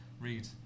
read